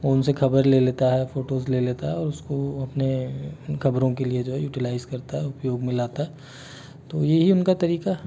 और उनसे खबर ले लेता है फोटोज़ ले लेता है और उसको अपने खबरों के लिए जो है यूटिलाइज़ करता है उपयोग में लाता है तो यही उनका तरीका है